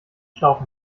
schlauch